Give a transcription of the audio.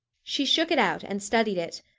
she shook it out and studied it.